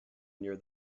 near